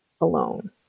alone